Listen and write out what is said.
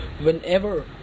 whenever